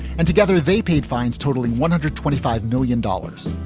and together they paid fines totalling one hundred twenty five million dollars.